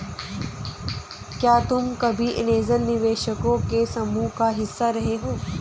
क्या तुम कभी ऐन्जल निवेशकों के समूह का हिस्सा रहे हो?